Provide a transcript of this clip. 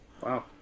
Wow